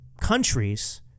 countries